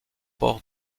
port